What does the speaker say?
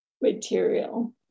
material